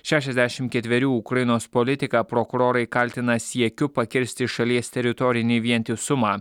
šešiasdešimt ketverių ukrainos politiką prokurorai kaltina siekiu pakirsti šalies teritorinį vientisumą